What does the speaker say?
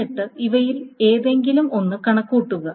എന്നിട്ട് അവയിൽ ഏതെങ്കിലും ഒന്ന് കണക്കുകൂട്ടുക